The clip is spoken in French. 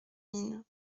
mines